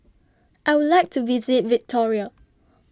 I Would like to visit Victoria